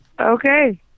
Okay